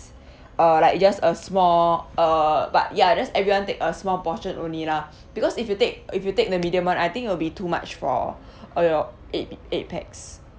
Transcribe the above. uh like just a small uh but ya that's everyone take a small portion only lah because if you take if you take the medium one I think it'll be too much for you know eight p~ eight pax